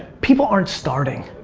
people aren't starting.